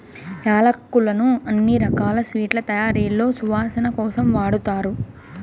యాలక్కులను అన్ని రకాల స్వీట్ల తయారీలో సువాసన కోసం వాడతారు